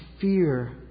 fear